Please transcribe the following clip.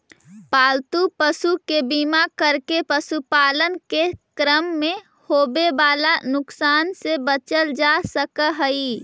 पालतू पशु के बीमा करके पशुपालन के क्रम में होवे वाला नुकसान से बचल जा सकऽ हई